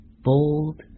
Bold